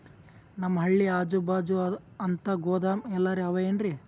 ನಮ್ ಹಳ್ಳಿ ಅಜುಬಾಜು ಅಂತ ಗೋದಾಮ ಎಲ್ಲರೆ ಅವೇನ್ರಿ?